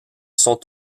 sont